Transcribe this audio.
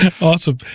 Awesome